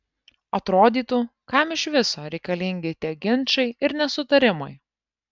atrodytų kam iš viso reikalingi tie ginčai ir nesutarimai